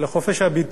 היא מלמדת,